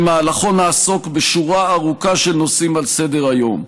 שבמהלכו נעסוק בשורה ארוכה של נושאים על סדר-היום,